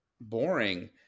boring